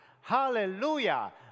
Hallelujah